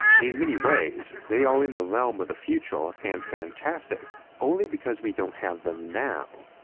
in many ways they are in the realm of the future and fantastic only because we don't have them now,